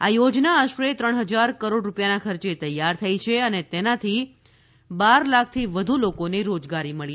આ યોજના આશરે ત્રણ હજાર કરોડ રૂપિયાના ખર્ચે તૈયાર થઇ છે અને તેનાથી બાર લાખથી વધુ લોકોને રોજગારી મળી